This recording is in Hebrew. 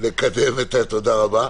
תודה רבה.